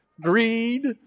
greed